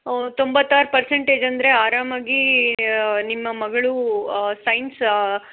ಓಹ್ ತೊಂಬತ್ತಾರು ಪರ್ಸೆಂಟೇಜ್ ಅಂದರೆ ಆರಾಮಾಗಿ ನಿಮ್ಮ ಮಗಳು ಸೈನ್ಸ್